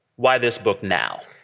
why this book now?